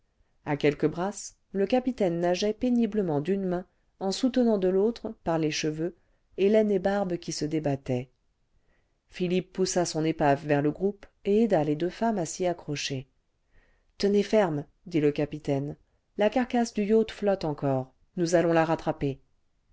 a quelques brasses le capitaine nageait péniblement d'une main en soutenant de l'autre par les cheveux hélène et barbe qui se débattaient philippe poussa son épave vers le groupe et aida les deux femmes à s'y accrocher ce tenez ferme dit le capitaine la carcasse du yacht flotte encore nous allons la rattraper